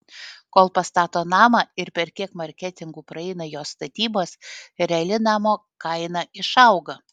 kol pastato namą ir per kiek marketingų praeina jo statybos reali namo kaina išauga